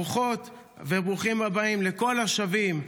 ברוכות וברוכים הבאים לכל השבים.